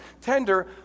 tender